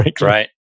Right